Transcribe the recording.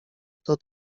kto